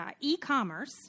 e-commerce